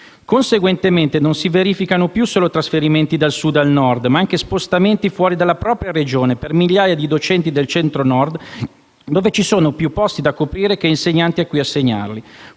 Conseguentemente, non si verificano più solo trasferimenti dal Sud al Nord ma anche spostamenti fuori dalla propria Regione per migliaia di docenti del Centro-Nord dove ci sono più posti da coprire che insegnanti a cui assegnarli.